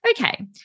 Okay